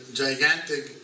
gigantic